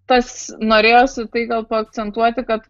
tas norėjosi tai gal paakcentuoti kad